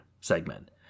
segment